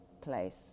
place